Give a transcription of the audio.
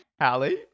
Allie